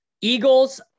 Eagles